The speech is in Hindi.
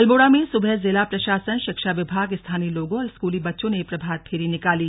अल्मोड़ा में सुबह जिला प्रशासन शिक्षा विभाग स्थानीय लोगों और स्कूली बच्चों ने प्रभात फेरी निकाली